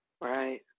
Right